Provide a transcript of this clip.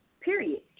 Period